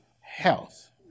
health